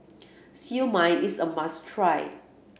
Siew Mai is a must try